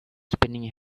spinning